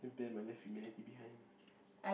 hand pain I left humanity behind